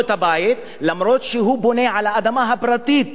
למרות שהוא בונה על האדמה הפרטית שלו,